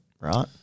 Right